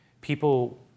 People